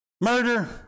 murder